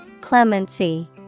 Clemency